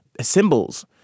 symbols